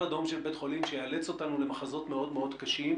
אדום של בית חולים שייאלץ אותנו למחזות מאוד קשים,